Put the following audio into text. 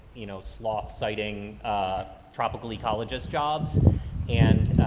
you know, slot citing a tropical ecologist jobs and,